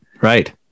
Right